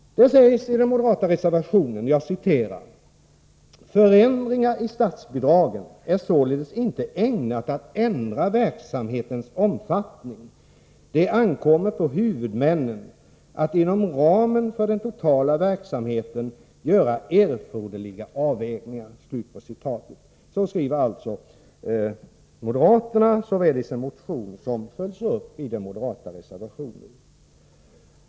I reservation 5 sägs bl.a. följande: ”Förändringar av statsbidraget är således inte ägnat att ändra verksamhetens omfattning. Det ankommer på huvudmännen att inom ramen för den totala verksamheten göra erforderliga avvägningar.” Så skriver alltså moderaterna i sin motion, och detta följs upp i den moderata reservationen.